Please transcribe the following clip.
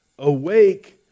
Awake